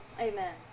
Amen